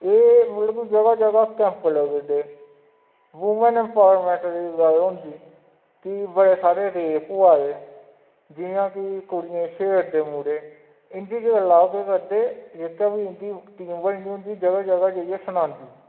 एह् मतलब कि जगह् जगह् कैम्प लगदे वुमन एंपावरमेंट दी गल्ल होंदी कि बड़े सारे रेप होआ दे जि'यां कि कुड़ियें गी छेड़दे मुड़े इं'दे बाद केह् करदे जेह्की बी इं'दी टीम बनी दी होंदी जगह् जगह् जाइयै सनांदी